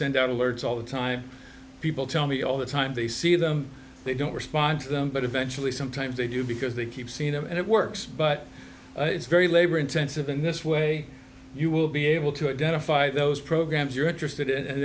send out alerts all the time people tell me all the time they see them they don't respond to them but eventually sometimes they do because they keep seeing them and it works but it's very labor intensive in this way you will be able to identify those programs you're interested in